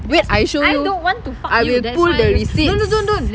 wait I show you I will pull the receipts